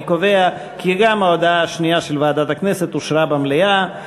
אני קובע כי גם ההודעה השנייה של ועדת הכנסת אושרה במליאה.